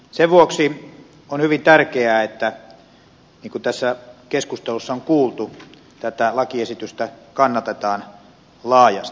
sen vuoksi on hyvin tärkeää että niin kuin tässä keskustelussa on kuultu tätä lakiesitystä kannatetaan laajasti